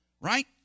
right